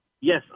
Yes